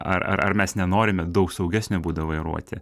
ar ar ar mes nenorime daug saugesnio būdo vairuoti